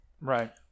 Right